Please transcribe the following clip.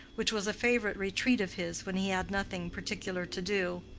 which was a favorite retreat of his when he had nothing particular to do.